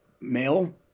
male